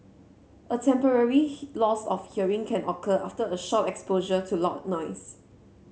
a temporary loss of hearing can occur after a short exposure to loud noise